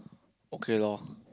okay lor